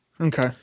Okay